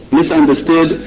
misunderstood